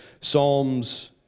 Psalms